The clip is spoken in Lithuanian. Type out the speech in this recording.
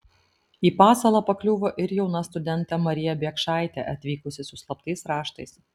į pasalą pakliuvo ir jauna studentė marija biekšaitė atvykusi su slaptais raštais